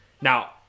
Now